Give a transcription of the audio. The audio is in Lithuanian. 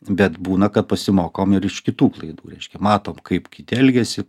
bet būna kad pasimokom ir iš kitų klaidų reiškia matom kaip kiti elgiasi